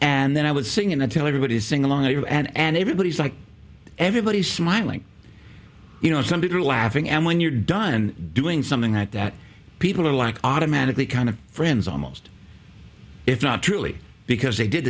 and then i would sing and tell everybody sing along and everybody's like everybody's smiling you know somebody's laughing and when you're done doing something like that people are like automatically kind of friends almost it's not truly because they did